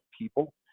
people